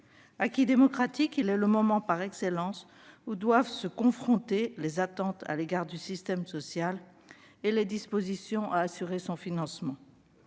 Acquis démocratique, il est le moment par excellence où doivent se confronter les attentes à l'égard du système social et les dispositions à même d'assurer son financement.